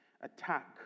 attack